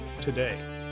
today